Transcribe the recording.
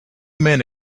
men